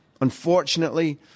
Unfortunately